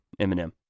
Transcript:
Eminem